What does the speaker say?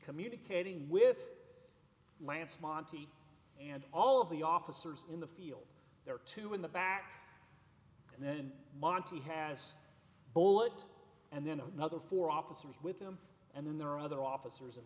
communicating with lance monti and all of the officers in the field there are two in the back and then monti has bullet and then another four officers with him and then there are other officers